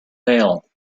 bail